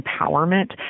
empowerment